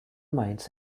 mines